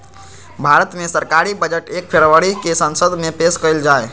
भारत मे सरकारी बजट एक फरवरी के संसद मे पेश कइल जाहई